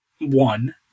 one